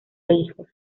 hijos